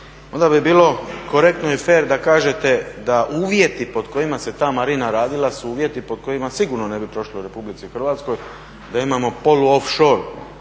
onda bi bilo korektno i fer da kažete da uvjeti pod kojima se ta marina radila su uvjeti pod kojima sigurno ne bi prošlo u RH, da imamo polu off shore